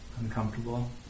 uncomfortable